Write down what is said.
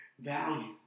value